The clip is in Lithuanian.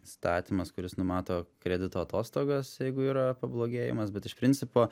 įstatymas kuris numato kredito atostogas jeigu yra pablogėjimas bet iš principo